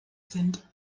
sind